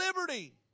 liberty